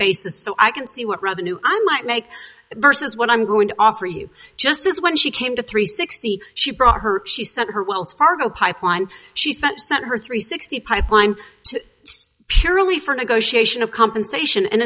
basis so i can see what revenue i might make versus what i'm going to offer you just as when she came to three sixty she brought her she said her wells fargo pipeline she sent her three sixty pipeline to purely for negotiation of compensation and